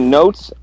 notes